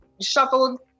shuffled